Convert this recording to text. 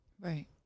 right